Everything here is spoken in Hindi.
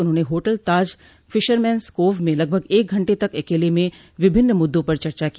उन्होंने होटल ताज फिशरमैन्स कोव में लगभग एक घंटे तक अकेले में विभिन्न मुद्दों पर चर्चा की